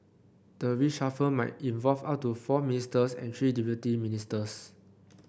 the reshuffle might involve up to four ministers and three deputy ministers